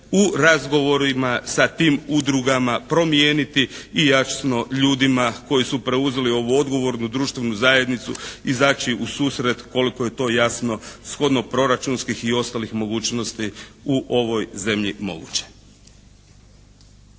u razgovorima sa tim udrugama promijeniti i jasno ljudima koji su preuzeli ovu odgovornu društvenu zajednicu izaći u susret koliko je to jasno shodno proračunskih i ostalih mogućnosti u ovoj zemlji moguće.